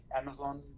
Amazon